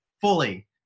fully